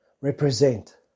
represent